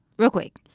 real quick.